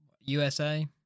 USA